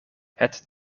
het